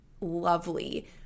lovely